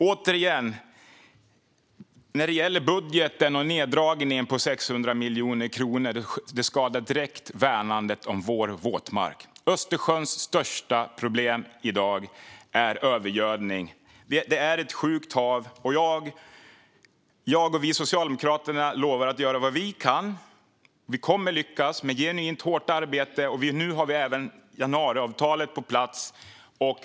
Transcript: Återigen, när det gäller budgeten och neddragningen på 600 miljoner kronor: Detta skadar direkt värnandet om vår våtmark. Östersjöns största problem i dag är övergödning. Det är ett sjukt hav, och vi socialdemokrater lovar att göra vad vi kan. Vi kommer att lyckas genom genuint hårt arbete, och nu har vi även januariavtalet på plats.